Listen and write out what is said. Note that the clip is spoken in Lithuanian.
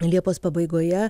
liepos pabaigoje